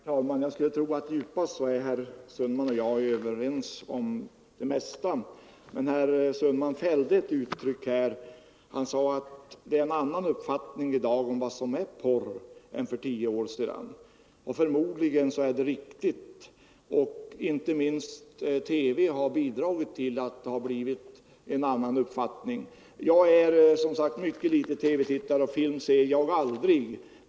Herr talman! Jag skulle tro att djupast är herr Sundman och jag överens om det mesta. Men herr Sundman sade att det är en annan uppfattning i dag om vad som är porr än för tio år sedan. Förmodligen är det riktigt, och inte minst TV har bidragit till att det har blivit en annan uppfattning. Jag tittar som sagt mycket litet på TV, och film ser jag aldrig.